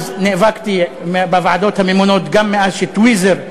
נאבקתי בוועדות הממונות גם מאז שטוויזר,